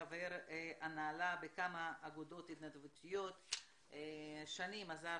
חבר הנהלה בכמה אגודות התנדבותיות, שנים עזר